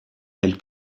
elle